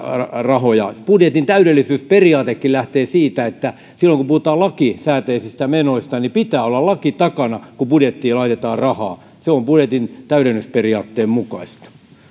rahoja budjetin täydellisyysperiaatekin lähtee siitä että silloin kun puhutaan lakisääteisistä menoista pitää olla laki takana kun budjettiin laitetaan rahaa se on budjetin täydellisyysperiaatteen mukaista